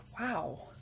Wow